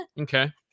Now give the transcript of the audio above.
okay